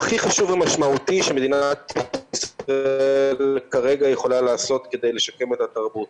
הכי חשוב ומשמעותי שמדינת ישראל כרגע יכולה לעשות כדי לשקם את התרבות.